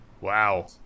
Wow